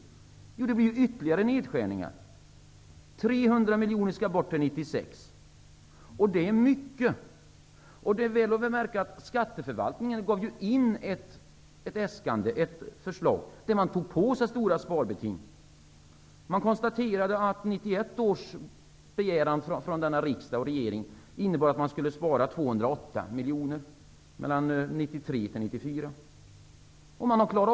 Det kommer att göras ytterligare nedskärningar. 300 miljoner skall bort till 1996. Det är mycket. Märk väl att skatteförvaltningen gav in ett förslag där man tog på sig stora sparbeting. Man konstaterade att 1991 års begäran från riksdag och regering innebar att man skulle spara 208 miljoner från 1993 till 1994.